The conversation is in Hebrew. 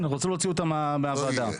רצו להוציא אותם מהוועדה.